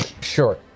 sure